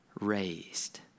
raised